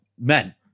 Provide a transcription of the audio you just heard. men